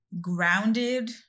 grounded